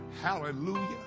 hallelujah